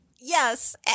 Yes